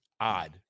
odd